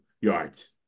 yards